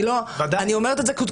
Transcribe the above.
אני אומרת את זה כעובדה.